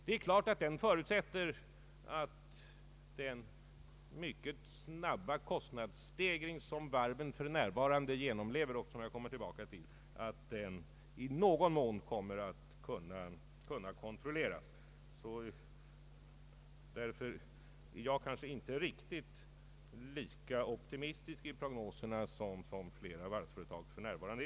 Det är klart att den förutsätter att den mycket snabba kostnadsstegring som varven för närvarande genomlever — och som jag kommer tillbaka till — i någon mån kommer att kunna kontrolleras. Därför är jag kanske inte riktigt lika optimistisk i prognoserna som flera varvsföretag i dag är.